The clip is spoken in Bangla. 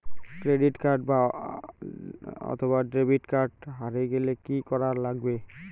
ক্রেডিট কার্ড অথবা ডেবিট কার্ড হারে গেলে কি করা লাগবে?